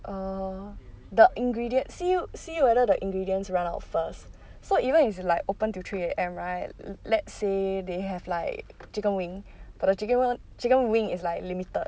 err the ingredients see you see whether the ingredients run out first so even if it's like open to three A_M right let's say they have like chicken wing but the chicken chicken wing is like limited